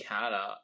Canada